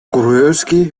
gruevski